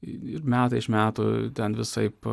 ir metai iš metų ten visaip